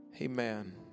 Amen